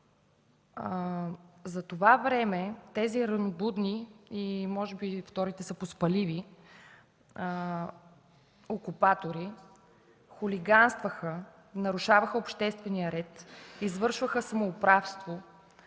За това време тези „ранобудни”, може би вторите са „поспаливи” окупатори, хулиганстваха, нарушаваха обществения ред, извършваха самоуправство,